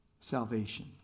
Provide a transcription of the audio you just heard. salvation